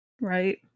right